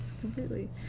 completely